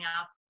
up